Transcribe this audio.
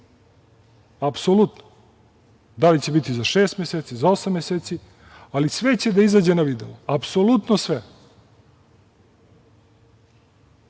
apsolutno. Da li će biti za šest meseci, za osam meseci, ali sve će da izađe na videlo, apsolutno